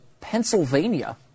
Pennsylvania